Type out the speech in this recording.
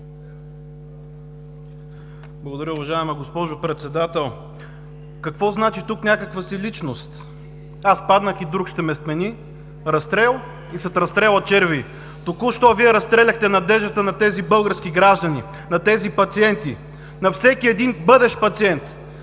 Благодаря. Уважаема госпожо Председател! „Какво значи тук някаква си личност? Аз паднах и друг ще ме смени! Разстрел, и след разстрела – червей!“ Току-що Вие разстреляхте надеждата на тези български граждани, на тези пациенти, на всеки един бъдещ пациент!